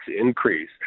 increase